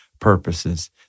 purposes